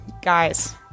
guys